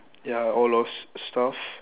ya all those stuff